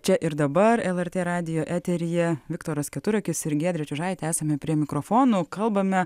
čia ir dabar lrt radijo eteryje viktoras keturakis ir giedrė čiužaitė esame prie mikrofonų kalbame